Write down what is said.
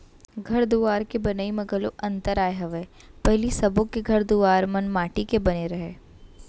घर दुवार के बनई म घलौ अंतर आय हवय पहिली सबो के घर दुवार मन माटी के बने रहय